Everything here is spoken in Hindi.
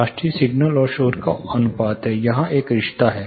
RASTI सिग्नल और शोर का अनुपात है यहाँ एक रिश्ता है